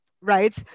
Right